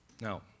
Now